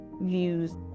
views